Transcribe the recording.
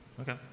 Okay